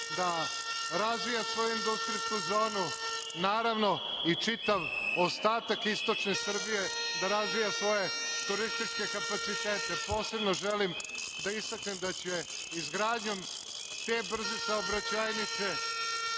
da razvija svoju industrijsku zonu, naravno, i čitav ostatak istočne Srbije da razvija svoje turističke kapacitete. Posebno želim da istaknem da će izgradnjom te brze saobraćajnice